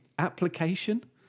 application